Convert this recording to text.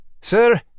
Sir